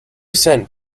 cent